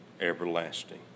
Everlasting